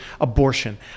abortion